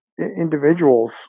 individuals